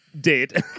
dead